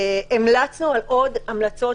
המלצנו על עוד המלצות